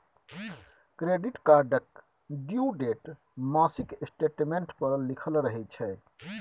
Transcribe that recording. credit कार्डक due date मासिक statement पर लिखल रहय छै